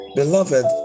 beloved